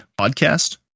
podcast